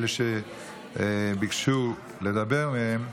אלה ביקשו לדבר מהם,